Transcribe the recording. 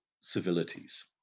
civilities